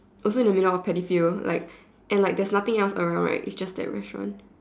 also in the middle of the paddy field like and like there is nothing else around right it's just that restaurant